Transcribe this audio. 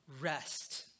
rest